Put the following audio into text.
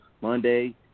Monday